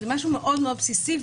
זה משהו בסיסי מאוד,